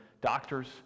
doctors